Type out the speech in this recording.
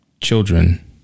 children